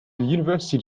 university